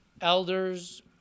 elders